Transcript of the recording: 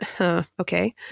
Okay